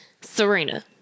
Serena